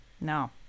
no